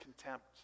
contempt